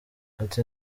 ati